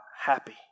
happy